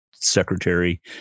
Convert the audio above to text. Secretary